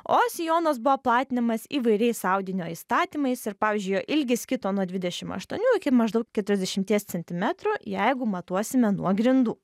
o sijonas buvo platinamas įvairiais audinio įstatymais ir pavyzdžiui ilgis kito nuo dvidešimt aštuonių iki maždaug keturiasdešimties centimetrų jeigu matuosime nuo grindų